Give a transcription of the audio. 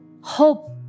hope